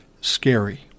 scary